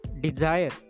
desire